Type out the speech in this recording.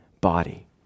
body